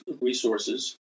resources